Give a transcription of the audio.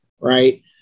right